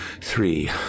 Three